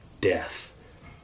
death